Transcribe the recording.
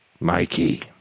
Mikey